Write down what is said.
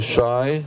shy